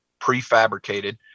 prefabricated